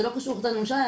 זה לא קשור להחלטת הממשלה,